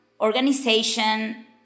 organization